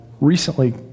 Recently